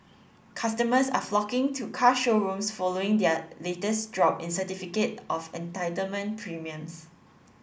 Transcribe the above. customers are flocking to car showrooms following their latest drop in certificate of entitlement premiums